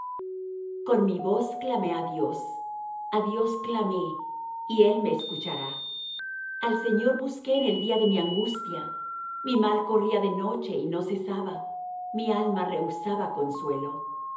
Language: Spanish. con mi voz clamé á dios a dios clamé y él me escuchará al señor busqué en el día de mi angustia mi mal corría de noche y no cesaba mi alma rehusaba consuelo